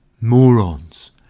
morons